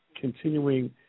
continuing